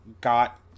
got